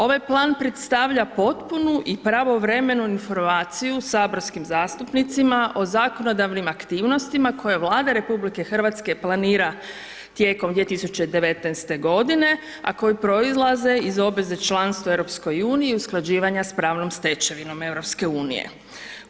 Ovaj plan predstavlja potpunu i pravovremenu informaciju saborskim zastupnicima o zakonodavnim aktivnostima koje Vlada RH planira tijekom 2019. g. a koje proizlaze iz obveze članstva u EU-u i usklađivanja sa pravnom stečevinom EU-a.